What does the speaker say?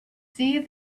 see